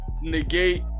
negate